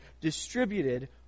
distributed